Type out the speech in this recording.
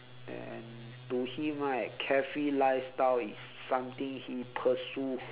and to him right carefree lifestyle is something he pursue